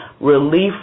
relief